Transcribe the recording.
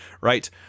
right